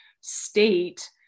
state